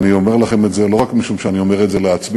אני אומר לכם את זה לא רק משום שאני אומר את זה לעצמי,